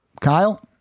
kyle